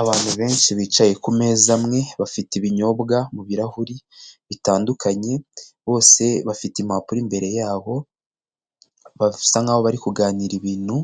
Abantu benshi bicaye ku meza amwe bafite ibinyobwa mu birahuri bitandukanye, bose bafite impapuro imbere yabo basa nk'aho bari kuganira ibintu